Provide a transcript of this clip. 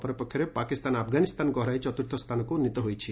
ଅପରପକ୍ଷରେ ପାକିସ୍ତାନ ଆଫଗାନିସ୍ଥାନକୁ ହରାଇ ଚତ୍ରୁର୍ଥସ୍ଥାନକୁ ଉନ୍ନୀତ ହୋଇଛି